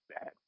bad